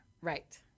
Right